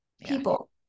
people